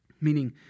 meaning